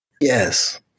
Yes